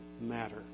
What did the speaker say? matter